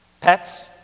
pets